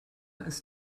ist